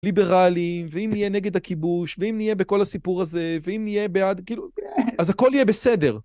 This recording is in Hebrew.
ליברליים, ואם נהיה נגד הכיבוש, ואם נהיה בכל הסיפור הזה, ואם נהיה בעד, כאילו, אז הכל יהיה בסדר.